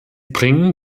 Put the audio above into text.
bringen